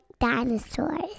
dinosaurs